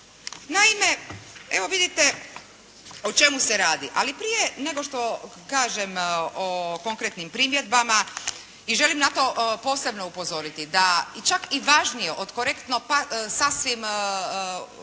Naime, evo vidite o čemu se radi. Ali prije nego što kažem o konkretnim primjedbama i želim na to posebno upozoriti, da i čak i važnije od korektno sasvim, zakona